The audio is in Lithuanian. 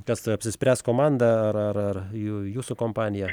kas apsispręs komanda ar ar ar jū jūsų kompanija